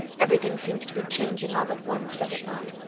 everything seems to be changing all at once, does it not?